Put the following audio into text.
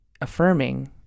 affirming